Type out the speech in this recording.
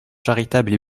charitable